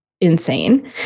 insane